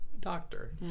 doctor